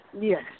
Yes